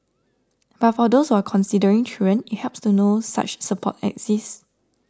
but for those who are considering children it helps to know such support exists